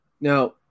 Now